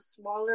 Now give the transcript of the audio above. smaller